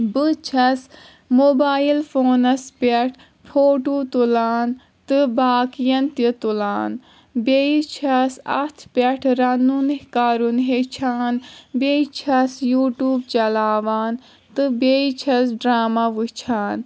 بہٕ چھس موبایِل فونَس پٮ۪ٹھ فوٹو تُلان تہٕ باقِیَن تہِ تُلان بیٚیہِ چھس اتھ پٮ۪ٹھ رَنُن کَرُن ہیٚچھان بیٚیہِ چھس یوٗٹیوٗب چَلاوان تہٕ بیٚیہِ چھس ڈراما وٕچھان